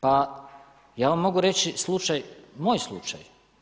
Pa ja vam mogu reći slučaj, moj slučaj.